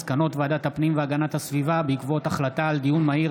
מסקנות ועדת הפנים והגנת הסביבה בעקבות דיון מהיר